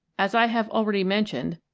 as i have already mentioned,